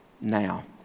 now